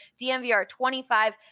DMVR25